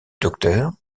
docteur